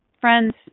Friends